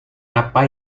apa